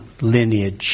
lineage